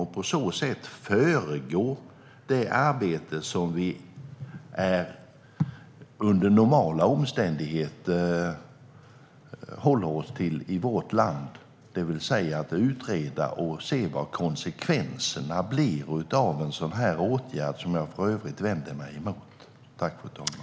På så sätt skulle man föregå det arbete som vi under normala omständigheter håller oss till i vårt land, det vill säga att utreda vilka konsekvenserna blir av en åtgärd - i det här fallet för övrigt en åtgärd som jag vänder mig emot.